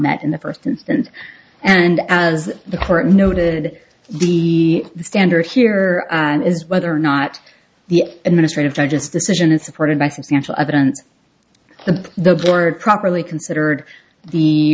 met in the first instance and as the court noted the standard here is whether or not the administrative judge's decision is supported by substantial evidence to the board properly considered the